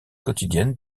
quotidienne